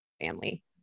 family